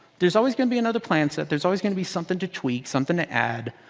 there's always going to be an other plan set. there's always going to be something to tweak. something to add.